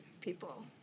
people